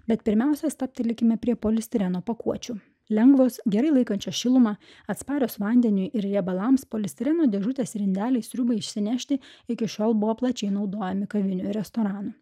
bet pirmiausia stabtelėkime prie polistireno pakuočių lengvos gerai laikančia šilumą atsparios vandeniui ir riebalams polistireno dėžutės ir indeliai sriubai išsinešti iki šiol buvo plačiai naudojami kavinių ir restoranų